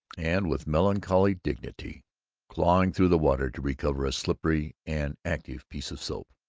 and with melancholy dignity clawing through the water to recover a slippery and active piece of soap.